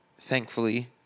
thankfully